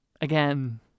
again